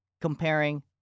comparing